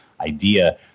idea